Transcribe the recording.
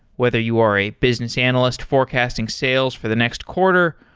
whether you are a business analyst forecasting sales for the next quarter,